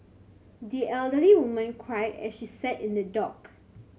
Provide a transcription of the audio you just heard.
the elderly woman cried as she sat in the dock